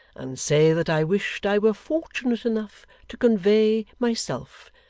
and say that i wished i were fortunate enough to convey, myself,